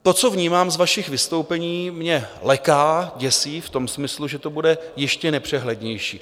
To, co vnímám z vašich vystoupení, mě leká, děsí v tom smyslu, že to bude ještě nepřehlednější.